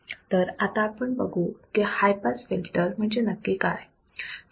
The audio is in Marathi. तर आता आपण बघू की हाय पास फिल्टर म्हणजे नक्की काय